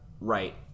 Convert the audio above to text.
Right